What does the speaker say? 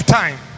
time